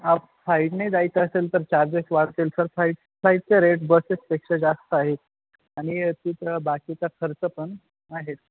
आप फाईडने जायचं असेल तर चार्जेस वाढतील तर फा फाईटचे रेट बसेसपेक्षा जास्त आहेत आणि तथ बाकीचा खर्च पण आहेत